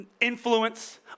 influence